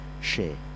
share